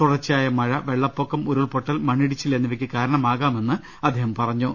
തുടർച്ചയായ മഴ വെള്ളപ്പൊക്കം ഉരുൾപ്പൊട്ടൽ മണ്ണിടി ച്ചിൽ എന്നിവയ്ക്ക് കാരണമാകാമെന്ന് അദ്ദേഹം പറഞ്ഞു